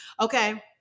Okay